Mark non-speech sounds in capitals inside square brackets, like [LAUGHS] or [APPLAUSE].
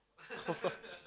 [LAUGHS]